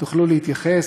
תוכלו להתייחס,